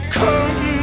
come